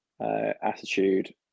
attitude